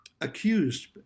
accused